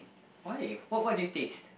why what what do you taste